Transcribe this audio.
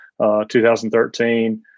2013